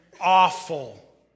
awful